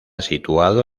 situado